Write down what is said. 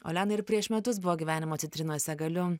olena ir prieš metus buvo gyvenimo citrinose galiu